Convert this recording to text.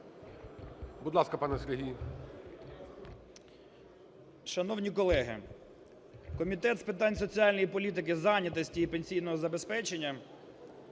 Будь ласка, пане Сергій.